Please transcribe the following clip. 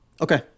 Okay